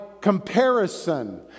comparison